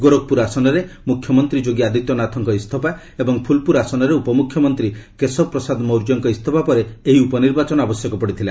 ଗୋରଖପୁର ଆସନରେ ମୁଖ୍ୟମନ୍ତ୍ରୀ ଯୋଗୀ ଆଦିତ୍ୟନାଥଙ୍କ ଇସ୍ତଫା ଏବଂ ଫୁଲପୁର ଆସନରେ ଉପମୁଖ୍ୟମନ୍ତ୍ରୀ କେଶବ ପ୍ରସାଦ ମୌର୍ଯ୍ୟଙ୍କ ଇସ୍ତଫା ପରେ ଏହି ଉପନିର୍ବାଚନ ଆବଶ୍ୟକ ପଡ଼ିଥିଲା